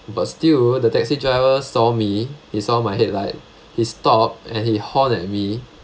but still the taxi driver saw me he saw my headlight he stopped and he horn at me